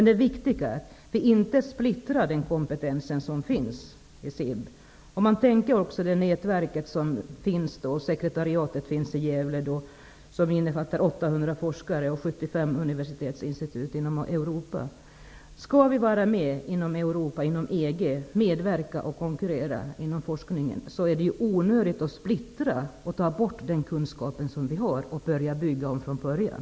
Det viktiga är att man inte splittrar den kompetens som finns i SIB. Man måste också tänka på det nätverk vars sekretariat finns i Gävle. Det innefattar 800 forskare och 75 universitetsinstitut i Europa. Skall vi vara med i Europa inom EG och medverka och konkurrera inom forskningen, är det onödigt att splittra och ta bort den kunskap som vi har och börja bygga från början.